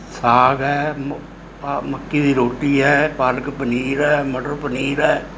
ਸਾਗ ਹੈ ਮੱਕੀ ਦੀ ਰੋਟੀ ਹੈ ਪਾਲਕ ਪਨੀਰ ਹੈ ਮਟਰ ਪਨੀਰ ਹੈ